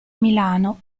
milano